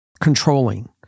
controlling